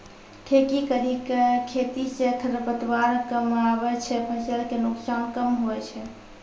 ठेकी करी के खेती से खरपतवार कमआबे छै फसल के नुकसान कम हुवै छै